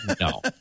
No